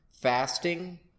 fasting